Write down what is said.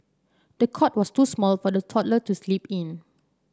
the cot was too small for the toddler to sleep in